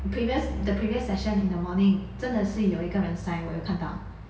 previous the previous session in the morning 真的是有一个人 sign 我有看到